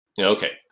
Okay